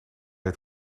het